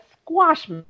squash